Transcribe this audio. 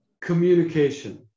Communication